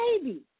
Baby